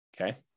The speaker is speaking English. okay